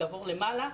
יעבור למעלה.